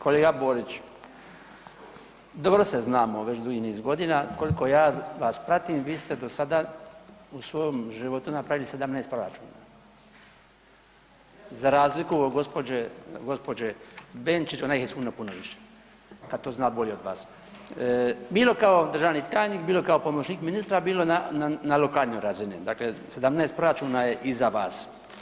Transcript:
Kolega Borić, dobro se znamo već dugi niz godina koliko ja vas pratim vi ste u svom životu napravili 17 proračuna za razliku od gospođe, gospođe Benčić ona ih je sigurno puno više kad to zna bolje od vas, bilo kao državni tajnik, bilo kao pomoćnik ministra, bilo na lokalnoj razini, dakle 17 proračuna je iza vas.